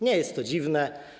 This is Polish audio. Nie jest to dziwne.